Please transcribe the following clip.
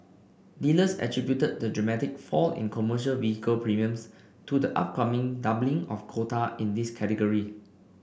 dealers attributed the dramatic fall in commercial vehicle premiums to the upcoming doubling of quota in this category